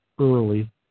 early